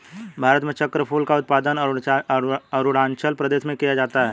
भारत में चक्रफूल का उत्पादन अरूणाचल प्रदेश में किया जाता है